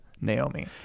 Naomi